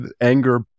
anger